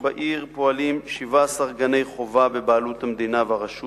שבעיר פועלים 17 גני חובה בבעלות המדינה והרשות